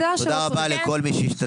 תודה רבה לכל מי שהשתתף.